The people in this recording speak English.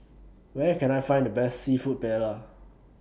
Where Can I Find The Best Seafood Paella